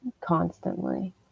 constantly